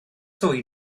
ddwy